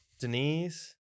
Denise